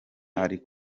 ari